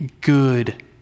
good